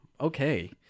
Okay